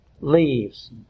leaves